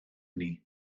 inni